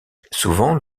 souvent